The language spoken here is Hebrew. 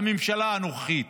הממשלה הנוכחית,